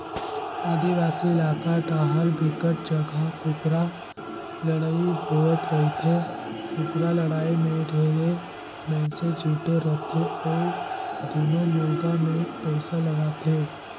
आदिवासी इलाका डाहर बिकट जघा कुकरा लड़ई होवत रहिथे, कुकरा लड़ाई में ढेरे मइनसे जुटे रथे अउ दूनों मुरगा मे पइसा लगाथे